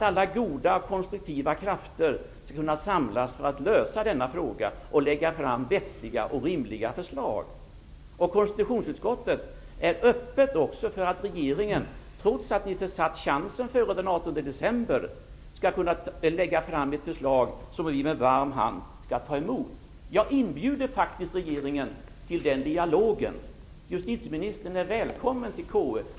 Alla goda och konstruktiva krafter skall kunna samlas för att lösa denna fråga och lägga fram vettiga och rimliga förslag. I konstitutionsutskottet är vi också öppna för att regeringen, trots att den försatt chansen före den 18 december, skall kunna lägga fram ett förslag som utskottet med varm hand skall kunna ta emot. Jag inbjuder faktiskt regeringen till den dialogen. Justitieministern är välkommen till KU.